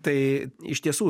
tai iš tiesų